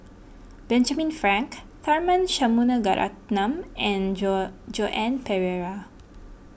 Benjamin Frank Tharman Shanmugaratnam and Joan Pereira